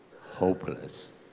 hopeless